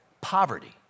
poverty